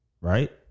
right